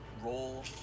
roll